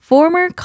Former